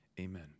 Amen